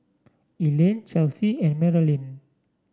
Elaine Chelsey and Marolyn